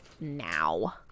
now